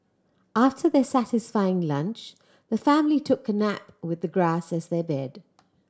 after their satisfying lunch the family took a nap with the grass as their bed